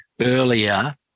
earlier